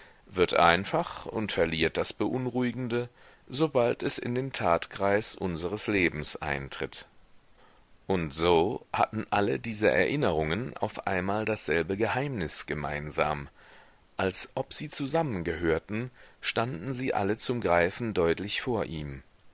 wird einfach und verliert das beunruhigende sobald es in den tatkreis unseres lebens eintritt und so hatten alle diese erinnerungen auf einmal dasselbe geheimnis gemeinsam als ob sie zusammengehörten standen sie alle zum greifen deutlich vor ihm